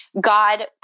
God